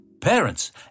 Parents